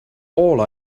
all